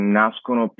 nascono